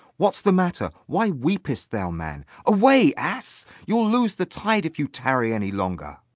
what's the matter? why weep'st thou, man? away, ass! you'll lose the tide if you tarry any longer.